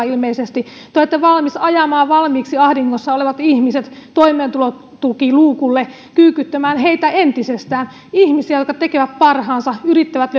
ilmeisesti te olette valmis ajamaan valmiiksi ahdingossa olevat ihmiset toimeentulotukiluukulle kyykyttämään heitä entisestään ihmisiä jotka tekevät parhaansa yrittävät